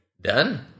done